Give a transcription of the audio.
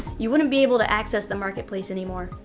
you wouldn't be able to access the marketplace anymore.